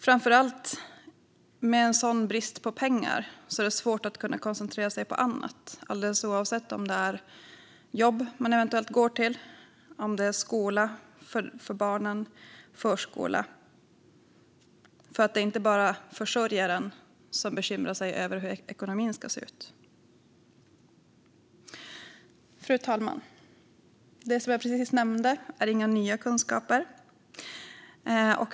Framför allt är det med en sådan brist på pengar svårt att koncentrera sig på annat, alldeles oavsett om det är ett jobb man eventuellt går till eller om det är skola eller förskola för barnen. Det är nämligen inte bara försörjaren som bekymrar sig över hur ekonomin ska se ut. Fru talman! Det jag precis nämnde är inga nya kunskaper.